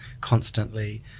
constantly